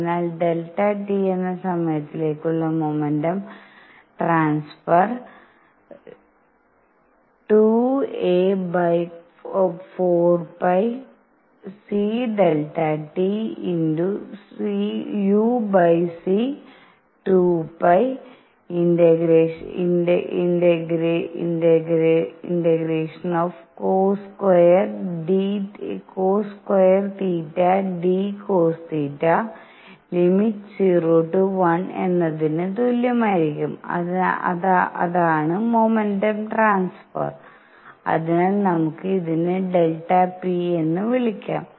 അതിനാൽ Δt എന്ന സമയത്തിലേക്കുള്ള മൊമെന്റം ട്രാൻസ്ഫർ 2α4πc∆tuc2π∫₀¹cos²θdcosθ എന്നതിന് തുല്യമായിരിക്കും അതാണ് മൊമെന്റം ട്രാൻസ്ഫർ അതിനാൽ നമുക്ക് ഇതിനെ Δ p എന്ന് വിളിക്കാം